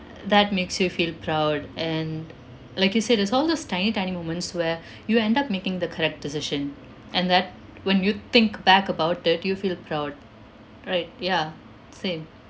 that makes you feel proud and like you said it's all those tiny tiny moments where you end up making the correct decision and that when you think back about that you feel proud right ya same